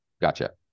Gotcha